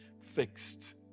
fixed